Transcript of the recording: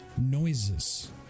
noises